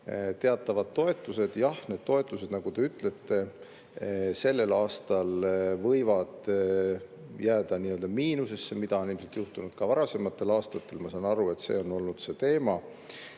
teatavad toetused. Jah, need toetused, nagu te ütlete, sellel aastal võivad jääda miinusesse, nagu on juhtunud ka varasematel aastatel. Ma saan aru, et see on olnud see teema.